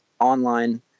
online